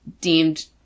deemed